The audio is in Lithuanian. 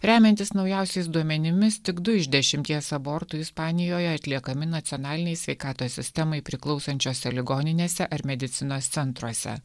remiantis naujausiais duomenimis tik du iš dešimties abortų ispanijoje atliekami nacionalinei sveikatos sistemai priklausančiose ligoninėse ar medicinos centruose